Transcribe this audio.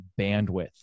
bandwidth